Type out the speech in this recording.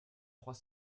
trois